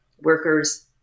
workers